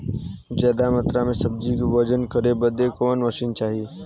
ज्यादा मात्रा के सब्जी के वजन करे बदे कवन मशीन चाही?